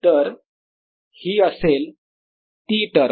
तर हि असेल ती टर्म